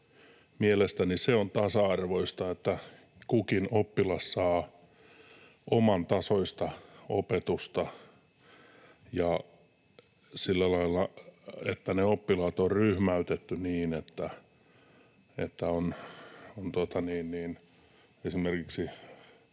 mielestäni se on tasa-arvoista, että kukin oppilas saa omantasoistaan opetusta ja sillä lailla, että oppilaat on ryhmäytetty niin, että esimerkiksi